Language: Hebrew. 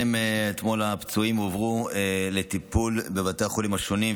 אתמול הפצועים הועברו לטיפול בבתי החולים השונים,